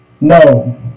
No